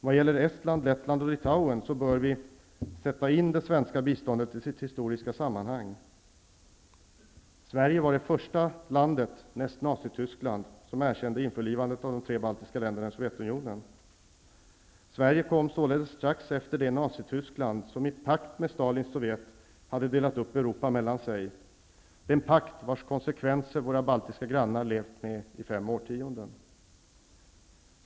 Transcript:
Vad gäller Estland, Lettland och Litauen bör vi sätta in det svenska biståndet i sitt historiska sammanhang. Sverige var det första landet näst Nazityskland som erkände införlivandet av de tre baltiska länderna i Sovjetunionen. Sverige kom således strax efter det Nazityskland som i pakt med Stalins Sovjet hade delat upp Europa mellan sig -- den pakt vars konsekvenser våra baltiska grannar levt med i fem årtionden.